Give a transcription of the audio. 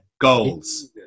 goals